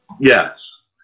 Yes